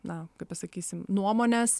na kaip pasakysim nuomones